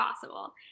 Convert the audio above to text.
possible